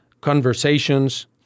conversations